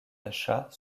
achat